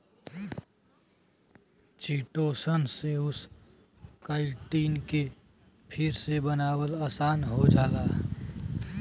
chitosan से उस chitin के फिर से बनावल आसान हो जाला